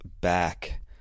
back